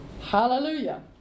Hallelujah